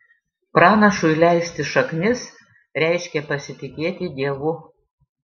pranašui leisti šaknis reiškia pasitikėti dievu